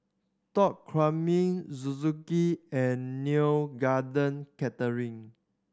Top Gourmet Suzuki and Neo Garden Catering